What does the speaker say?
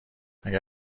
اگه